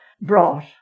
brought